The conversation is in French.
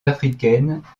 africaines